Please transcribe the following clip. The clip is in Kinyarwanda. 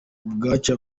ubwacu